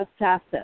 Assassin